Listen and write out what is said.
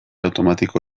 automatiko